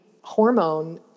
hormone